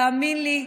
תאמינו לי,